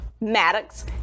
Maddox